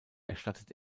erstattet